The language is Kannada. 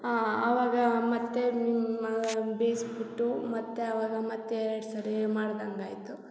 ಆವಾಗ ಮತ್ತೆ ನಿಮ್ಮ ಬೇಯ್ಸ್ಬಿಟ್ಟು ಮತ್ತೆ ಆವಾಗ ಮತ್ತೆ ಎರಡು ಸಾರಿ ಮಾಡ್ದಂಗೆ ಆಯಿತು